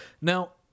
Now